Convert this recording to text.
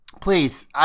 please